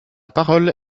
parole